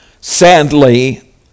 Sadly